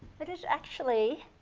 but it's actually